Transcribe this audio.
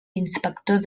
inspectors